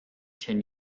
ten